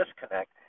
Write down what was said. disconnect